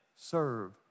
serve